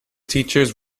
teachers